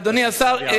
אדוני השר,